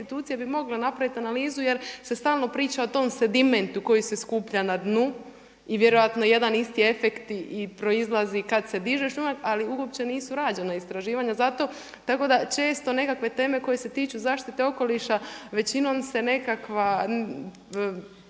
institucije bi mogle napraviti analizu jer se stalno priča o tom sedimentu koji se skuplja na dnu i vjerojatno jedan isti efekt i proizlazi kada se diže šljunak, ali uopće nisu rađena istraživanja. Tako da često nekakve teme koje se tiču zaštite okoliša većinom se nekakva